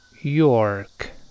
York